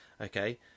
Okay